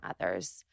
others